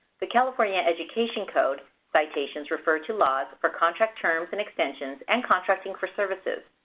the california education code citations refer to laws for contract terms and extensions and contracting for services.